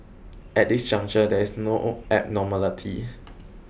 at this juncture there is no abnormality